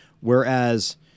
Whereas